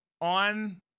on